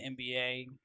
NBA